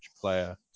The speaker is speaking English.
player